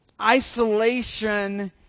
isolation